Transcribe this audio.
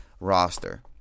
roster